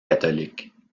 catholique